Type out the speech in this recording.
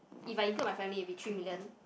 if I include my family it will be three million